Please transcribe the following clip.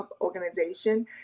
organization